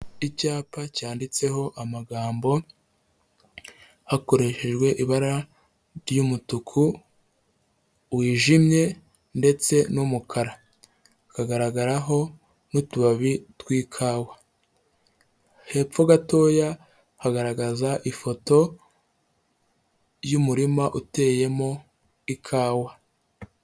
Icyapa cyanditseho amagambo hakoreshejwe ibara ry'umutuku wijimye ndetse n'umukara, hagaragara ho n'utubabi tw'ikawa, hepfo gatoya hagaragaza ifoto y'umurima uteyemo ikawa.